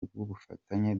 rw’ubufatanye